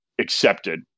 accepted